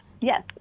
Yes